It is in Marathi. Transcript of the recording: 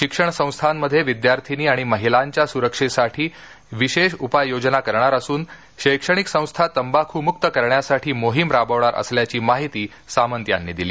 शिक्षण संस्थांमध्ये विद्यार्थीनी आणि महिलांच्या सुरक्षेसाठी विशेष उपयोजना करणार असून शैक्षणिक संस्था तंबाखूमुक्त करण्यासाठी मोहीम राबवणार असल्याची माहिती सामंत यांनी दिली